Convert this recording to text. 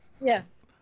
Yes